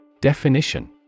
Definition